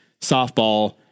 softball